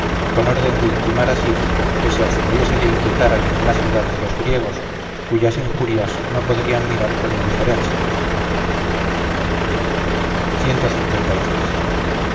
con orden de intimar a ciro que se abstuviese de inquietar a ninguna ciudad de los griegos cuyas injurias no podrían mirar con indiferencia dícese que